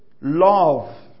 love